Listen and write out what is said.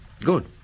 Good